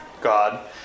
God